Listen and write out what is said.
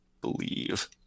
believe